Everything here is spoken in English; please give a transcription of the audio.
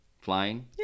Flying